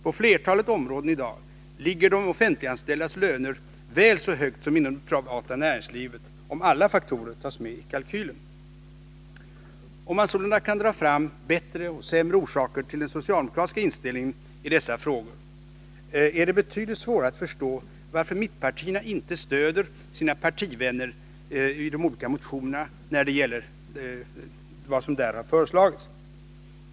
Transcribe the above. På flertalet områden ligger i dag de offentliganställdas löner väl så högt som de privatanställdas i näringslivet, om alla faktorer tas med i kalkylen. Om man sålunda kan dra fram bättre och sämre orsaker till den socialdemokratiska inställningen i dessa frågor, är det betydligt svårare att förstå varför mittenpartierna inte stöder sina partivänners förslag i de olika motionerna.